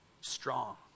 Strong